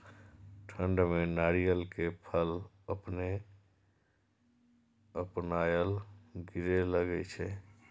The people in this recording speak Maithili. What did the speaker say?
ठंड में नारियल के फल अपने अपनायल गिरे लगए छे?